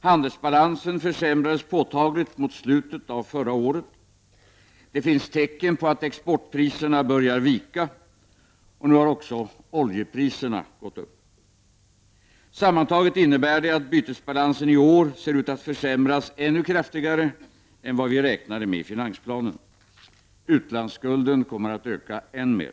Handelsbalanser försämrades påtagligt mot slutet av förra året. Det finns tecken på att exportpriserna börjar vika, och nu har också oljepriserna gått upp. Sammantaget innebär det att bytesbalansen i år ser ut att försämras ännu kraftigare än vad vi räknade med i finansplanen. Utlandsskulden kommer att öka än mer.